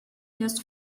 used